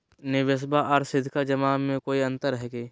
निबेसबा आर सीधका जमा मे कोइ अंतर हय?